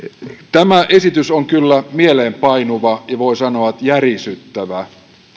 tämä esitys on kyllä mieleenpainuva ja voi sanoa järisyttävä